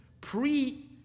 pre